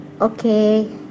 okay